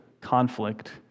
conflict